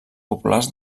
populars